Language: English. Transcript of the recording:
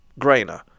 Grainer